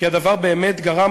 כי הדבר באמת גרם,